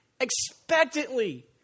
expectantly